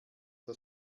das